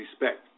respect